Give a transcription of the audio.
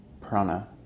prana